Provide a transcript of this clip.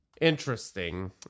Interesting